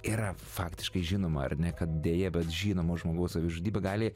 yra faktiškai žinoma ar ne kad deja bet žinomo žmogaus savižudybė gali